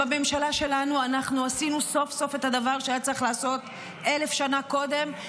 בממשלה שלנו אנחנו עשינו סוף-סוף את הדבר שהיה צריך לעשות אלף שנה קודם,